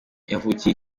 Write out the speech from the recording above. yavukiye